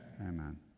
Amen